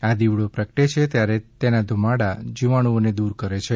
આ દીવડો પ્રગટે છે ત્યારે તેના ધુમાડા જીવાણુઓને દૂર કરે છે